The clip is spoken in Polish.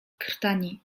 krtani